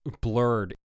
blurred